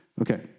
Okay